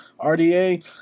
RDA